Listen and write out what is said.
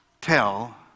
tell